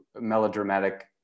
melodramatic